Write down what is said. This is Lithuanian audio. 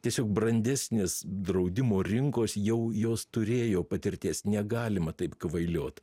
tiesiog brandesnės draudimo rinkos jau jos turėjo patirties negalima taip kvailiot